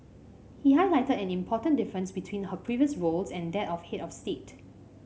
he highlighted an important difference between her previous roles and that of head of state